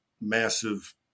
massive